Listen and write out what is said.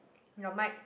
your mic